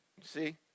see